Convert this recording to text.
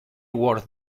worth